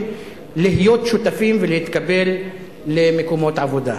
להיות שותפים ולהתקבל למקומות עבודה.